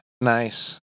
nice